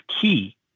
key